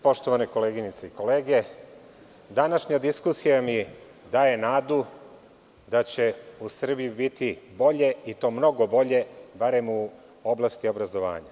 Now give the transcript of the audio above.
Poštovane koleginice i kolege, današnja diskusija mi daje nadu da će u Srbiji biti bolje, mnogo bolje, barem u oblasti obrazovanja.